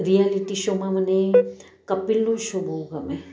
reality શોમાં મને કપિલનો શો બહુ ગમે